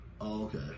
okay